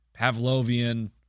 Pavlovian